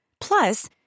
Plus